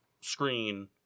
screen